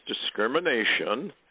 discrimination